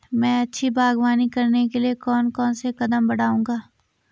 मैं अच्छी बागवानी करने के लिए कौन कौन से कदम बढ़ाऊंगा?